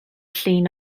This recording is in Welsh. llun